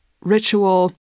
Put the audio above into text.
ritual